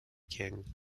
king